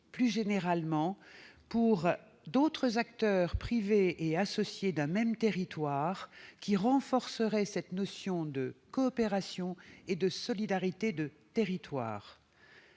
plus généralement, par d'autres acteurs privés et associés d'un même territoire, afin de renforcer la notion de coopération et de solidarité de territoire.